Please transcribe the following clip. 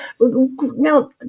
Now